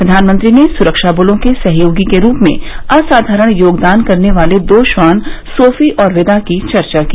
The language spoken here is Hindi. प्रधानमंत्री ने सुरक्षाबलों के सहयोगी के रूप में असाधारण योगदान करने वाले दो श्वान सोफी और विदा की चर्चा की